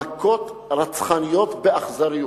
מכות רצחניות באכזריות.